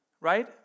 right